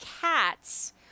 cats